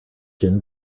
gin